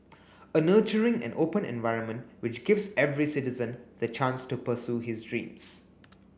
a nurturing and open environment which gives every citizen the chance to pursue his dreams